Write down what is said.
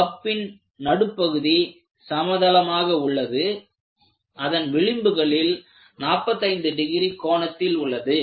கப்பின் நடுப்பகுதி சமதளமாக உள்ளது அதன் விளிம்புகளில் 45 டிகிரி கோணத்தில் உள்ளது